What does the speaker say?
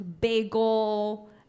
bagel